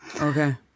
Okay